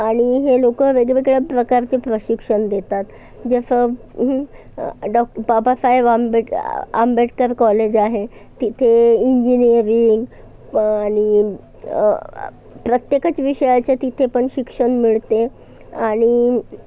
आणि हे लोकं वेगवेगळ्या प्रकारचे प्रशिक्षण देतात जसं डॉक् बाबासाहेब आंबेड आंबेडकर कॉलेज आहे तिथे इंजिनीअरिंग आणि प्रत्येकच विषयाचे तिथे पण शिक्षण मिळते आणि